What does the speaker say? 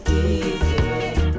easy